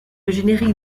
générique